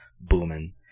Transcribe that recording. booming